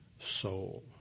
soul